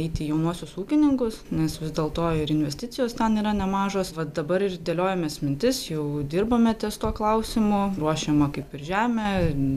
eiti jaunuosius ūkininkus nes vis dėl to ir investicijos ten yra nemažos va dabar ir dėliojamės mintis jau dirbame ties tuo klausimu ruošiama kaip ir žemė